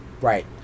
Right